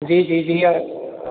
जी जी जी